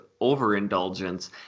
overindulgence